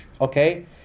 Okay